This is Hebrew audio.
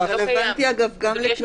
אם אנחנו מדברים